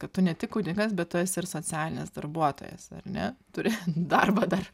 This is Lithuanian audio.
kad tu ne tik kunigas bet tu esi ir socialinis darbuotojas ar ne turi darbą dar